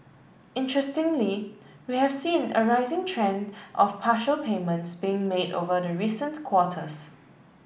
interestingly we have seen a rising trend of partial payments being made over the recent quarters